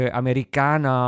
americana